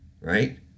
Right